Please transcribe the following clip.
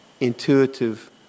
intuitive